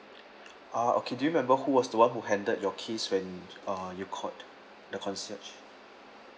ah okay do you remember who was the [one] who handled your case when uh you called the concierge